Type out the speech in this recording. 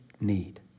need